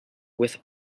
with